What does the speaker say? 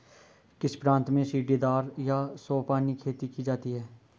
किस प्रांत में सीढ़ीदार या सोपानी खेती की जाती है?